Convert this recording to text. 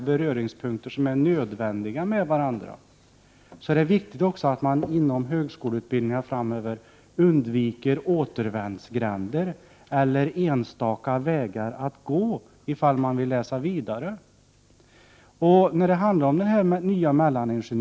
Vi inom vpk anser därför att det är viktigt att man i högskoleutbildningarna framöver undviker återvändsgränder och inte ordnar utbildningarna så att de studerande bara har en väg att gå om de vill läsa vidare.